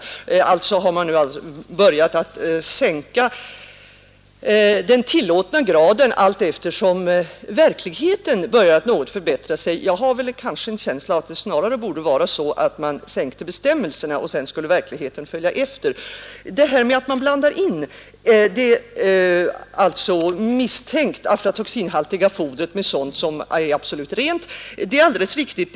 Man har alltså nu börjat att sänka den tillåtna graden allteftersom verkligheten något förbättrats. Jag har kanske en känsla av att det snarare borde vara så att man ändrade bestämmelserna i sänkande riktning och sedan skulle verkligheten följa efter. Det här med att man blandar det misstänkt aflatoxinhaltiga fodret med sådant som är absolut rent är alldeles riktigt.